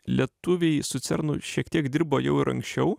lietuviai su cernu šiek tiek dirbo jau ir anksčiau